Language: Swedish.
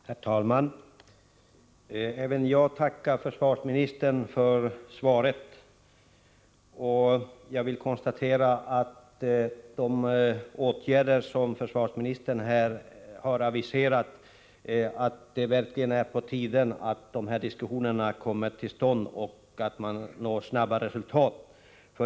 Herr talman! Även jag tackar försvarsministern för svaret. Jag konstaterar att det verkligen är på tiden att de diskussioner försvarsministern har aviserat kommer till stånd och att man når snabba resultat.